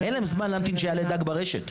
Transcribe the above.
אין להם זמן להמתין שיעלה דג ברשת.